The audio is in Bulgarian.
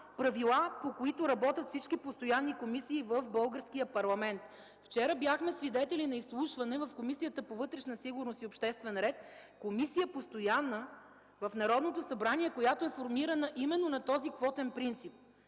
по които работят всички постоянни комисии в българския парламент. Вчера бяхме свидетели на изслушване в Комисията по вътрешна сигурност и обществен ред – постоянна комисия в Народното събрание, сформирана именно на този квотен принцип.